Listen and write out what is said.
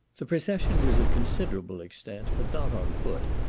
the procession was of considerable extent, but not on foot,